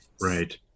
Right